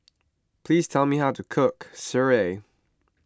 please tell me how to cook Sireh